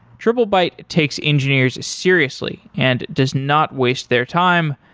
triplebyte takes engineers seriously and does not waste their time,